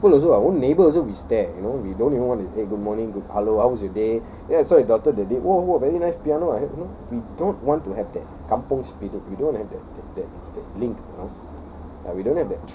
here we see people also our own neighbour also we stare you know we don't even want to eh good morning good hello how's your day then I saw my daughter that day !wow! !wow! very nice piano we don't want to have that kampung spirit we don't have that that that link you know